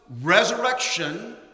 resurrection